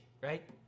right